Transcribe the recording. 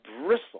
bristle